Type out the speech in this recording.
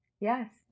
Yes